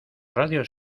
radios